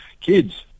kids